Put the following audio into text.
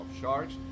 sharks